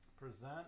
Present